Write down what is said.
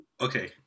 Okay